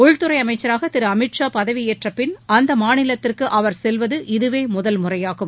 உள்துறை அமைச்சராக திரு அமீத் ஷா பதவியேற்ற பின் அந்த மாநிலத்திற்கு அவர் செல்வது இதுவே முதல்முறையாகும்